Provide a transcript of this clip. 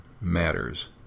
matters